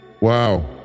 Wow